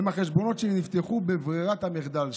הם החשבונות שנפתחו בברירת המחדל.